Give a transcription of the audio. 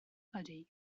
ydy